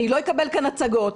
אני לא אקבל כאן הצגות,